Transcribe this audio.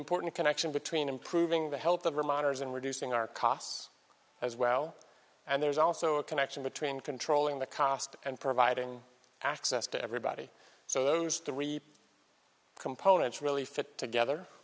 important connection between improving the health of reminders and reducing our costs as well and there's also a connection between controlling the cost and providing access to everybody so those to reap components really fit together